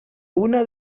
una